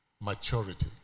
maturity